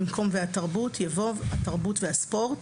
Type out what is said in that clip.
במקום "והתרבות" יבוא "התרבות והספורט"